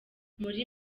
muri